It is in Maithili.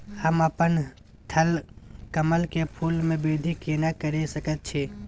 हम अपन थलकमल के फूल के वृद्धि केना करिये सकेत छी?